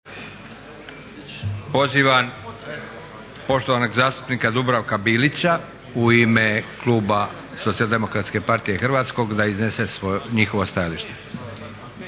Pozivam poštovanog zastupnika Dubravka Bilića u ime kluba SDP-a da iznese njihovo stajalište.